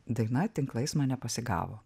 daina tinklais mane pasigavo